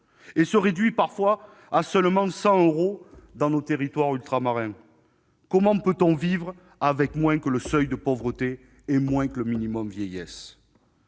et se réduit parfois à seulement 100 euros dans nos territoires ultramarins ? Comment peut-on vivre avec moins que le seuil de pauvreté et que le minimum vieillesse ?